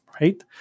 right